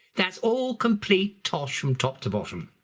that's all complete tosh from top to bottom.